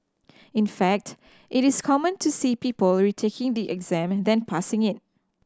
in fact it is common to see people retaking the exam than passing it